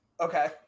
Okay